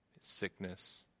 sickness